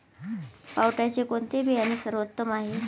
पावट्याचे कोणते बियाणे सर्वोत्तम आहे?